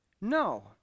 No